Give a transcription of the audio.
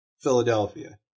Philadelphia